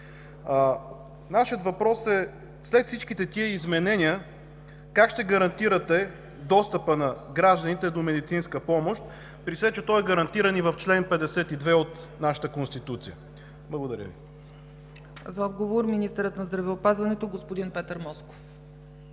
Нашият въпрос е: след всички тези изменения как ще гарантирате достъпа на гражданите до медицинска помощ, при все че той е гарантиран и в чл. 52 от нашата Конституция? Благодаря Ви. ПРЕДСЕДАТЕЛ ЦЕЦКА ЦАЧЕВА: За отговор – министърът на здравеопазването господин Петър Москов.